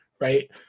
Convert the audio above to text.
right